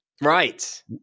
Right